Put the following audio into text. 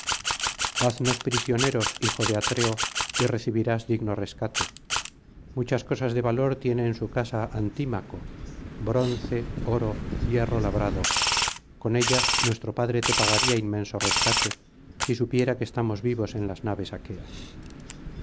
haznos prisioneros hijo de atreo y recibirás digno rescate muchas cosas de valor tiene en su casa antímaco bronce oro hierro labrado con ellas nuestro padre te pagaría inmenso rescate si supiera que estamos vivos en las naves aqueas